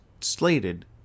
slated